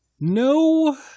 no